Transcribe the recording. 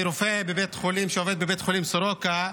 מרופא בבית חולים שעובד בבית החולים סורוקה,